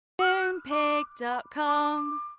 Moonpig.com